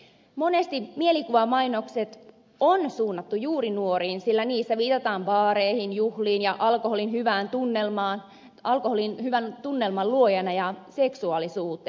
monesti mielikuvamainokset on suunnattu juuri nuo riin sillä niissä viitataan baareihin ju kulin ja alkoholin hyvään juhliin alkoholiin hyvän tunnelman luojana ja seksuaalisuuteen